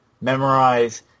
Memorize